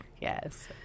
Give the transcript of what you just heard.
Yes